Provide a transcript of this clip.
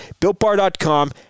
builtbar.com